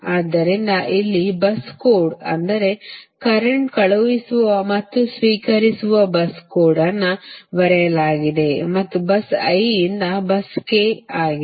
ಆದ್ದರಿಂದ ಇಲ್ಲಿ bus code ಅಂದರೆ ಕರೆಂಟ್ ಕಳುಹಿಸುವ ಮತ್ತು ಸ್ವೀಕರಿಸುವ bus ಕೋಡ್ ಅನ್ನು ಬರೆಯಲಾಗಿದೆ ಮತ್ತು bus i ಯಿಂದ bus k ಆಗಿದೆ